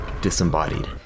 disembodied